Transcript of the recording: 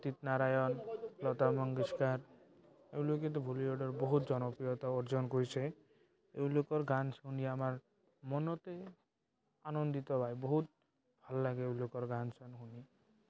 উদিত নাৰায়ন লতা মংগেশকাৰ এওঁলোকেতো বলিউডৰ বহুত জনপ্ৰিয়তা অৰ্জন কৰিছে এওঁলোকৰ গান শুনি আমাৰ মনতে আনন্দিত পায় বহুত ভাল লাগে এওঁলোকৰ গান চান শুনি